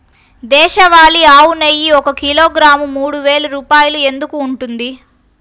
దేశవాళీ ఆవు నెయ్యి ఒక కిలోగ్రాము మూడు వేలు రూపాయలు ఎందుకు ఉంటుంది?